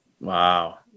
Wow